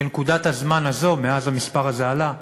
בנקודת הזמן הזאת, מאז המספר הזה עלה,